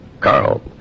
Carl